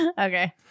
Okay